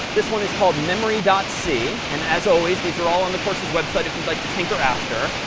this one is called memory dot c. and as always, these are all on the course's website if you'd like to tinker after.